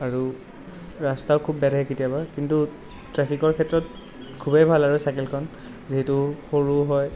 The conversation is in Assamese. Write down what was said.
আৰু ৰাস্তা খুব বেয়া থাকে কেতিয়াবা কিন্তু ট্ৰেফিকৰ ক্ষেত্ৰত খুবেই ভাল আৰু চাইকেলখন যিহেতু সৰু হয়